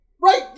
Right